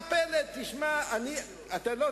יגיד לנו חי, נהרוג אותו.